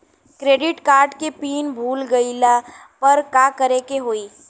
Credit card के PIN भूल गईला पर का करे के होई?